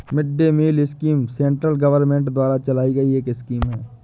mid day meal scheme central government द्वारा चलाई गई एक स्कीम है